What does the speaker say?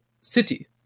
city